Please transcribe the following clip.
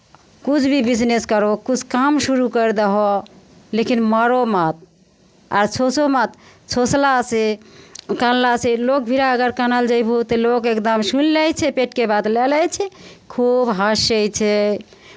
किछु भी बिजनेस करू किछु काम शुरू कर दहो लेकिन मरू मत आ सोचू मत सोचलासँ कनलासँ लोग भिड़ा अगर कनल जयबहो तऽ लोक एकदम सुनि लै छै पेटके बात लए लै छै खूब हँसै छै